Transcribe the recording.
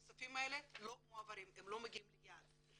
הכספים האלה לא מועברים, הם לא מגיעים ליעד.